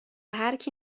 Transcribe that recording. هرکی